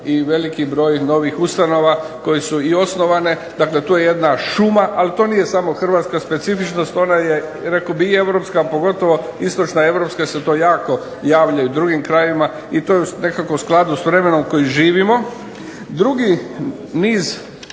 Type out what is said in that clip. i veliki broj novih ustanova koje su i osnovane. Dakle, tu je jedna šuma. Ali tu nije samo hrvatska specifičnost. Ona je rekao bih i europska, pogotovo istočna europska se to jako javlja i u drugim krajevima i to je nekako u skladu sa vremenom koji živimo. Drugi niz